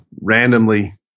randomly